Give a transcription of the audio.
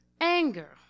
anger